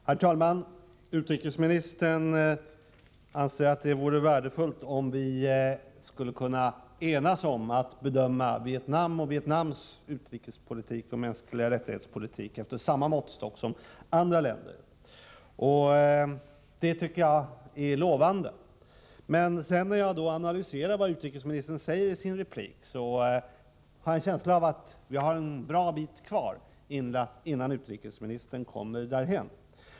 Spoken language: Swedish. Herr talman! Utrikesministern anser att det vore värdefullt om vi kunde enas om att bedöma Vietnam, dess utrikespolitik och dess politik i fråga om mänskliga rättigheter efter samma måttstock som när det gäller andra länder. Det tycker jag är lovande. Men när jag sedan analyserar vad utrikesministern säger i sin replik har jag en känsla av att vi har en bra bit kvar innan utrikesministern kommer därhän.